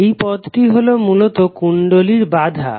এই পদটি হলো মূলত কুণ্ডলীর বাধা